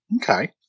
Okay